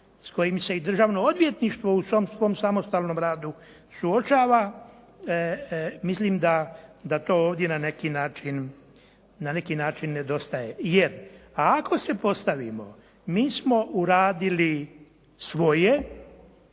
s kojim se i državno odvjetništvo u tom svom samostalnom radu suočava. Mislim da to ovdje na neki način nedostaje, jer ako se postavimo mi smo uradili svoje